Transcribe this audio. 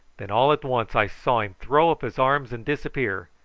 then all at once i saw him throw up his arms and disappear,